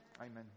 amen